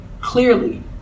clearly